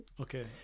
okay